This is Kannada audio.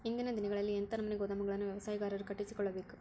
ಇಂದಿನ ದಿನಗಳಲ್ಲಿ ಎಂಥ ನಮೂನೆ ಗೋದಾಮುಗಳನ್ನು ವ್ಯವಸಾಯಗಾರರು ಕಟ್ಟಿಸಿಕೊಳ್ಳಬೇಕು?